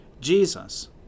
Jesus